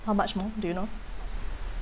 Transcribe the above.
how much more do you know